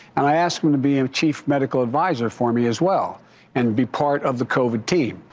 and i asked him to be in chief medical adviser for me as well and be part of the covid team.